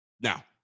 Now